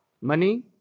money